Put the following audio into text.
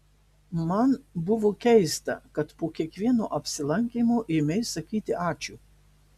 man buvo keista kad po kiekvieno apsilankymo ėmei sakyti ačiū